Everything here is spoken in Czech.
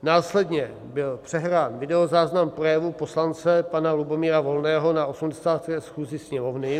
Následně byl přehrán videozáznam projevu poslance pana Lubomíra Volného na 80. schůzi Sněmovny.